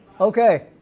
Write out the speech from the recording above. Okay